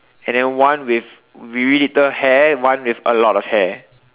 and then one with really little hair one with a lot of hair